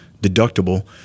deductible